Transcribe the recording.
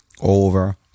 over